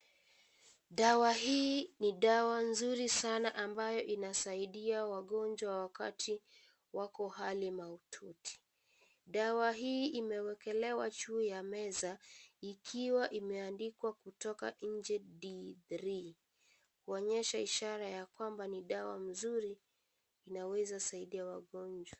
Dawa hii ni dawa nzuri sana ambayo inasaidia wagonjwa wakati wako hali mahututi. Dawa hii imewekelewa juu ya meza ikiwa imeandikwa kutoka nje D3 kuonyesha ishara ya kwamba ni dawa mzuri inaweza saidia wagonjwa.